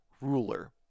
ruler